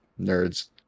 nerds